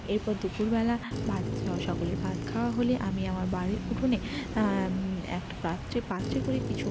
এরপর দুপুরবেলা ভাত সকলের ভাত খাওয়া হলে আমি আমার বাড়ির উঠোনে একটা পাত্রে পাত্রে করে কিছু